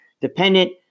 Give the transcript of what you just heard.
dependent